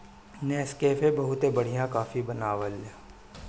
Nescafe बहुते बढ़िया coffee बनावेला